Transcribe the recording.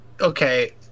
okay